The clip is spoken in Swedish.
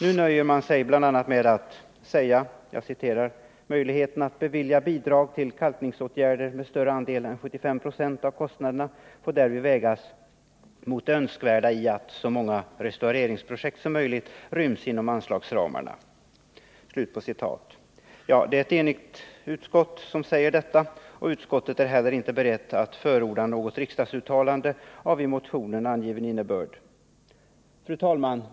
Nu nöjer man sig med att bl.a. säga: ”Möjligheten att bevilja bidrag till kalkningsåtgärder med större andel än 75 90 av kostnaderna får därvid vägas mot det önskvärda i att så många restaureringsprojekt som möjligt ryms inom anslagsramarna.” Det är ett enigt utskott som säger detta, och utskottet är heller inte berett att förorda något riksdagsuttalande av i motionen angiven innebörd. Fru talman!